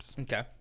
Okay